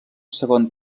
segon